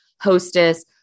hostess